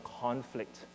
conflict